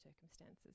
circumstances